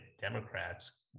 Democrats